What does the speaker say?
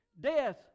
death